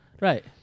Right